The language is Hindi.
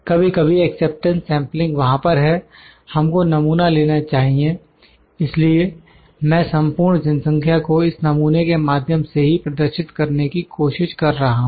कभी कभी एक्सेप्टेंस सेंपलिंग वहां पर है हमको नमूना लेना चाहिए इसलिए मैं संपूर्ण जनसंख्या को इस नमूने के माध्यम से ही प्रदर्शित करने की कोशिश कर रहा हूं